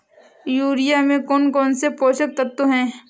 Urea में कौन कौन से पोषक तत्व है?